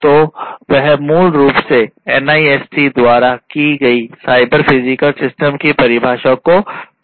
तो वह मूल रूप से NIST द्वारा की गई साइबर फिजिकल सिस्टम की परिभाषा को पूरा करता है